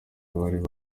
abari